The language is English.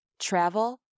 travel